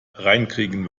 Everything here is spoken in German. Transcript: reinkriegen